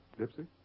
Dipsy